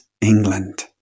England